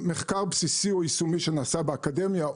מחקר בסיסי או יישומי שנעשה באקדמיה,